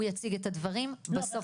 הוא יציג את הדברים, בסוף יהיו שאלות.